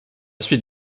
suite